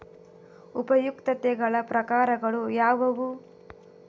ಉಪಯುಕ್ತತೆಗಳ ಪ್ರಕಾರಗಳು ಯಾವುವು?